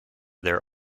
their